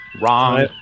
wrong